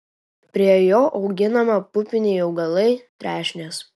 prie jo auginama pupiniai augalai trešnės